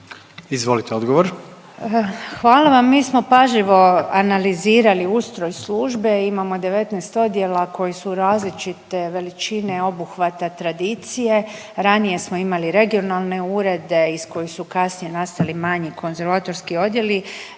Nina (HDZ)** Hvala vam. Mi smo pažljivo analizirali ustroj službe, imamo 19 odjela koji su različite veličine, obuhvata, tradicije. Ranije smo imali regionalne urede iz kojih su kasnije nastali manji konzervatorski odjeli,